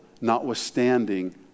notwithstanding